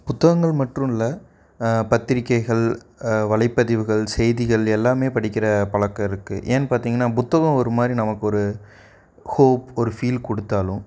புத்தகங்கள் மற்றுன் இல்ல பத்திரிக்கைகள் வலைப்பதிவுகள் செய்திகள் எல்லாமே படிக்கிற பழக்கம் இருக்குது ஏன் பார்த்தீங்கன்னா புத்தகம் ஒரு மாதிரி நமக்கு ஒரு ஹோப் ஒரு ஃபீல் கொடுத்தாலும்